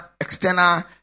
external